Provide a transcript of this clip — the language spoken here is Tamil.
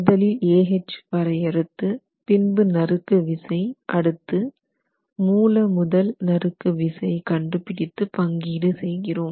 முதலில் Ah வரையறுத்து பின்பு நறுக்கு விசை அடுத்து மூலமுதல் நறுக்கு விசை கண்டுபிடித்து பங்கீடு செய்கிறோம்